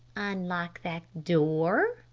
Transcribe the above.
unlock that door,